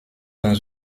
dans